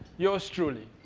yours truly.